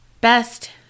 Best